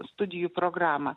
studijų programą